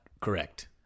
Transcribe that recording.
correct